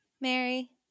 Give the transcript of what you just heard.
Mary